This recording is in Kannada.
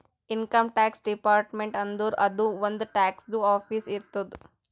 ಇನ್ಕಮ್ ಟ್ಯಾಕ್ಸ್ ಡಿಪಾರ್ಟ್ಮೆಂಟ್ ಅಂದುರ್ ಅದೂ ಒಂದ್ ಟ್ಯಾಕ್ಸದು ಆಫೀಸ್ ಇರ್ತುದ್